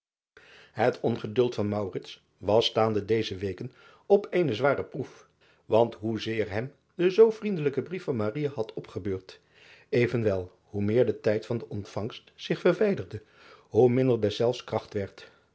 et ongeduld van was staande deze weken op eene zware proef want hoezeer hem de zoo vriendelijke brief van had opgebeurd evenwel hoe meer de tijd van de ontvangst zich verwijderde hoe minder deszelfs kracht werd